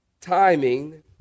Timing